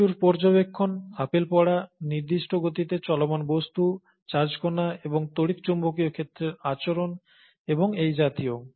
প্রচুর পর্যবেক্ষণ আপেল পড়া নির্দিষ্ট গতিতে চলমান বস্তু চার্জযুক্ত কণা এবং তড়িৎচুম্বকীয় ক্ষেত্রের আচরণ এবং এই জাতীয়